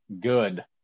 good